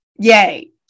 yay